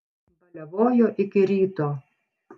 baliavojo iki ryto